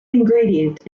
ingredient